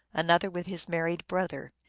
an other with his married brother.